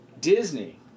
Disney